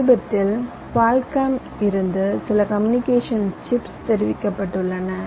சமீபத்தில் குவால்காமில் இருந்து சில கம்யூனிகேஷன் சிப்ஸ் தெரிவிக்கப்பட்டுள்ளன